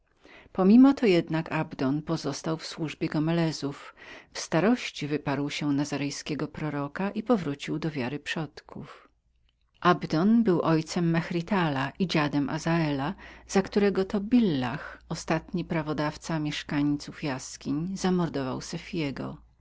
pomimo to jednak abdon pozostał w służbie gomelezów w starości wyparł się nazarejskiego proroka i powrócił do wiary przodków abdon był ojcem mehritala i dziadem azela za którego to billah ostatni prawodawca mieszkańców jaskiń zamordował sefiego